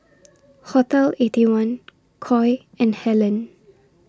Hotel Eighty One Koi and Helen